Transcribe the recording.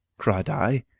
cried i,